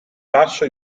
passo